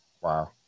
wow